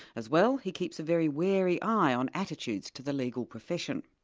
as well, he keeps a very wary eye on attitudes to the legal profession.